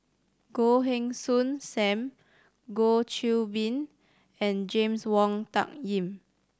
Goh Heng Soon Sam Goh Qiu Bin and James Wong Tuck Yim